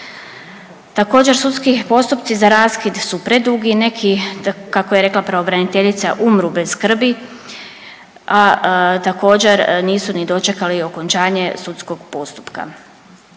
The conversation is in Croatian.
Također sudski postupci za raskid su predugi, neki kako je rekla pravobraniteljica umru bez skrbi, a također nisu ni dočekali okončanje sudskog postupka.